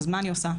אז מה אני עושה?